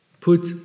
Put